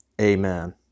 amen